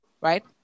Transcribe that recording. right